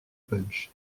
punch